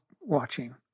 watching